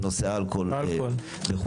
בנושא אלכוהול וכו',